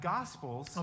Gospels